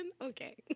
okay